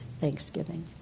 Thanksgiving